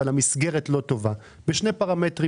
אבל המסגרת לא טובה בשני פרמטרים